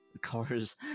cars